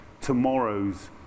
tomorrow's